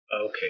Okay